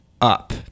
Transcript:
up